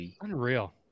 unreal